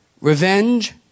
revenge